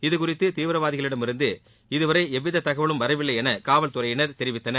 இதுகுறித்து தீவிரவாதிகளிடமிருந்து இதுவரை எந்தவித தகவலும் வரவில்லை என காவல்துறையினர் தெரிவித்தனர்